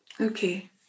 Okay